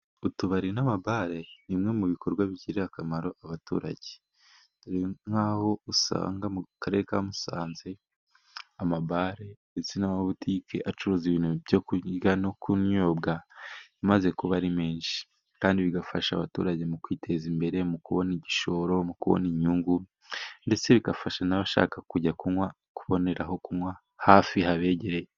Utubari n'amabare: ni bimwe mu bikorwa bigirira akamaro abaturage, dore nkaho usanga mu karere ka musanze amabare ndetse n'amabutike acuruza ibintu byo kurya no kunyobwa imaze kuba ari menshi, kandi bigafasha abaturage mu kwiteza imbere, mu kubona igishoro, mu kubona inyungu ndetse bigafasha n'abashaka kujya kunywa kuboneraho kunywa hafi habegereye.